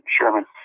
Sherman